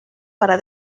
para